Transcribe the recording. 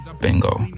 Bingo